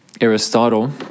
Aristotle